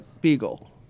beagle